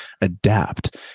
adapt